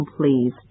please